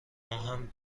ماهم